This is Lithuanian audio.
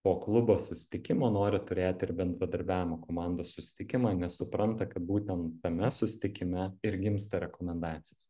po klubo susitikimo nori turėti ir bendradarbiavimo komandos susitikimą nes supranta kad būtent tame susitikime ir gimsta rekomendacijos